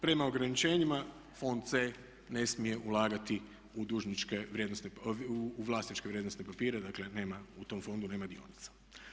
Prema ograničenjima, fond C ne smije ulagati u dužničke vrijednosti, u vlasničke vrijednosne papire dakle nema u tom fondu nema dionica.